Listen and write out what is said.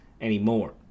anymore